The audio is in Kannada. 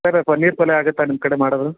ಸರ್ ಪನ್ನೀರ್ ಪಲ್ಯ ಆಗುತ್ತಾ ನಿಮ್ಮ ಕಡೆ ಮಾಡೋದು